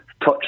Touch